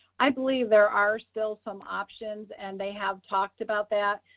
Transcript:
i believe there are still some options and they have talked about that.